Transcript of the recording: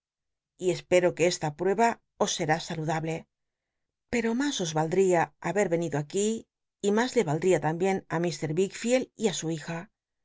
y espero que esta prueba os scni alu dable pero mas os a idria habct enído aqu í y mas le valdría también á mr wickficld y ti su hija